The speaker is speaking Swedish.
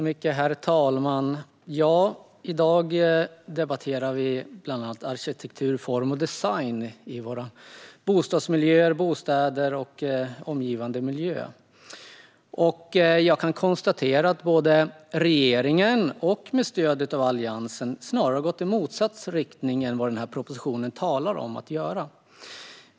Herr talman! I dag debatterar vi bland annat arkitektur, form och design i bostadsmiljöer, bostäder och omgivande miljö. Både regeringen och Alliansen har snarare gått i motsatt riktning än vad propositionen talar om.